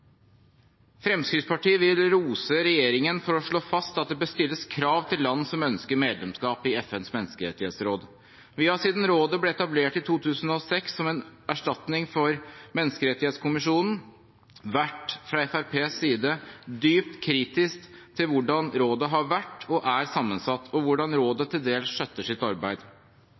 Fremskrittspartiet vil rose regjeringen for å slå fast at det bør stilles krav til land som ønsker medlemskap i FNs menneskerettighetsråd. Siden rådet ble etablert i 2006 – som en erstatning for Menneskerettighetskommisjonen – har vi fra Fremskrittspartiets side vært dypt kritiske til hvordan rådet har vært og er sammensatt, og til hvordan